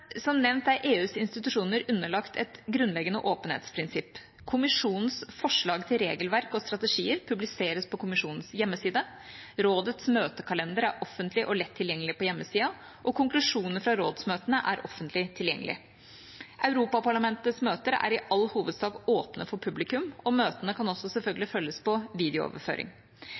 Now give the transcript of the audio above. Som nevnt er EUs institusjoner underlagt et grunnleggende åpenhetsprinsipp. Kommisjonens forslag til regelverk og strategier publiseres på Kommisjonens hjemmeside, Rådets møtekalender er offentlig og lett tilgjengelig på hjemmesida, og konklusjonene fra rådsmøtene er offentlig tilgjengelige. Europaparlamentets møter er i all hovedsak åpne for publikum, og møtene kan også selvfølgelig følges på